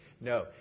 No